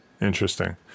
Interesting